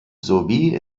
sowie